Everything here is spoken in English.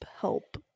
help